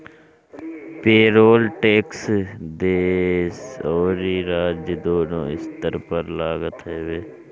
payroll tax देस अउरी राज्य दूनो स्तर पर लागत हवे